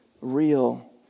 real